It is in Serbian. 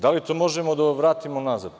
Da li to možemo da vratimo nazad?